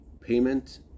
payment